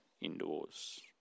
indoors